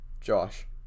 Josh